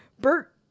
Bert